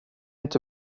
inte